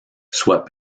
soient